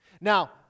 Now